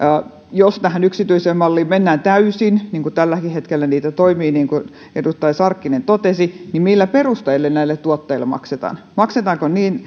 jos tähän yksityiseen malliin mennään täysin tälläkin hetkellä niitä toimii niin kuin edustaja sarkkinen totesi niin millä perusteilla näille tuottajille maksetaan maksetaanko